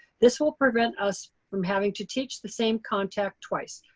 this will prevent us from having to teach the same content twice.